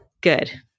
Good